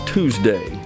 Tuesday